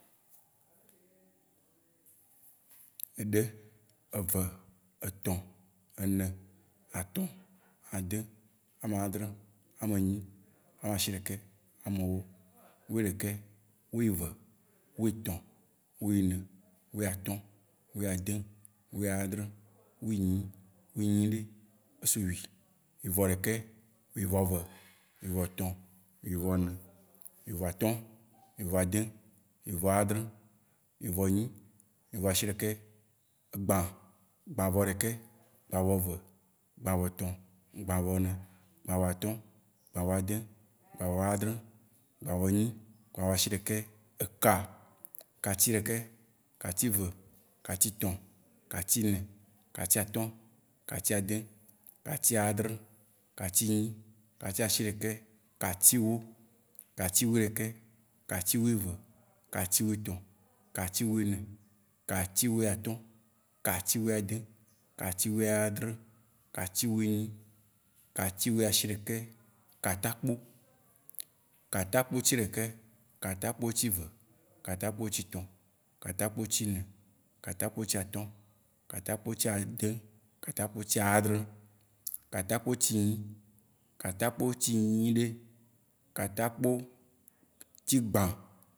eɖe, eve. etɔ̃, ene, atɔ̃, ade, ame adre, ame enyi, ame ashi ɖekɛ, ame wó, wuiɖeke, wuieve, wuietɔ̃, wuiene, wuiatɔ̃, wuiede, wuiadre, wuienyi, wuienyi ɖe, esu wuì, wuì vɔ ɖekɛ, wuì vɔ ve, wuì vɔ tɔ̃, wuì vɔ ne, wuì vɔ atɔ̃, wuì vɔ ade, wuì vɔ adre, wuì vɔ enyi, wuì vɔ ashi ɖekɛ, egbã, gbã vɔ ɖekɛ, gbã vɔ ve, gbã vɔ tɔ, gbã vɔ ne, gbã vɔ atɔ, gbã vɔ ade, gbã vɔ adre, gbã vɔ enyi, gbã vɔ ashi ɖekɛ, eka, ka ti ɖekɛ, ka ti ve, ka ti tɔ, ka ti ne, ka ti atɔ, ka ti ade, ka ti adre, ka ti enyi, ka ti ashi ɖekɛ, ka ti ewó, ka ti wuì ɖeke, ka ti wuieve, ka ti wuietɔ, ka ti wuiene, ka ti wui atɔ, ka ti wui ade, ka ti wui adre, ka ti wui enyi, kati wui ashi ɖekɛ, ka ta kpo, ka ta kpo ti ɖekɛ, ka ta kpo ti ve, ka ta kpo ti tɔ, ka ta kpo ti ne, ka ta kpo ti atɔ, ka ta kpo ti ade, ka ta kpo ti adre, ka ta kpo ti enyi, ka ta kpo ti nyiɖe ka ta kpo ti gbã.